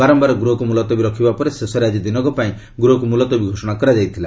ବାରମ୍ଭାର ଗୃହକୁ ମୁଲତବୀ ରଖିବା ପରେ ଶେଷରେ ଆଜି ଦିନକ ପାଇଁ ଗୃହକୁ ମୁଲତବୀ ଘୋଷଣା କରାଯାଇଥିଲା